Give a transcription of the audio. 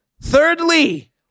Thirdly